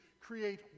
create